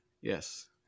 Yes